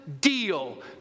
deal